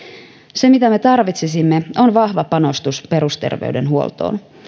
se mitä me tarvitsisimme on vahva panostus perusterveydenhuoltoon